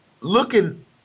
looking